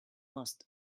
must